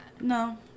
No